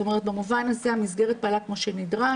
זאת אומרת במובן הזה המסגרת פעלה כמו שנדרש,